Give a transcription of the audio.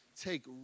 Take